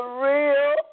real